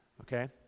Okay